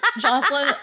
jocelyn